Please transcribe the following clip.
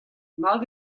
mat